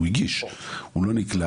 הוא הגיש והוא לא נקלט.